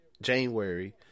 January